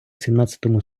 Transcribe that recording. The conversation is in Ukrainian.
сімнадцятому